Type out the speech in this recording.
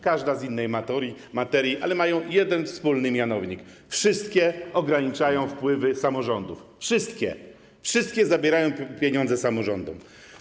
Każda z innej materii, ale mają jeden wspólny mianownik - wszystkie ograniczają wpływy samorządów, wszystkie zabierają pieniądze samorządom.